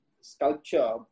sculpture